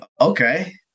Okay